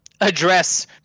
address